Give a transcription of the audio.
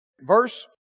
verse